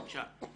בבקשה.